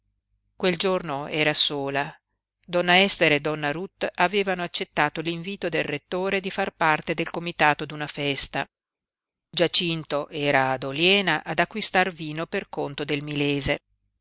quel giorno era sola donna ester e donna ruth avevano accettato l'invito del rettore di far parte del comitato d'una festa giacinto era ad oliena ad acquistar vino per conto del milese